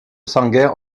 sanguin